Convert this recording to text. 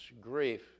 grief